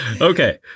Okay